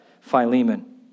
Philemon